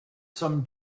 some